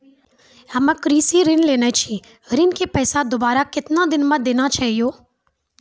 हम्मे कृषि ऋण लेने छी ऋण के पैसा दोबारा कितना दिन मे देना छै यो?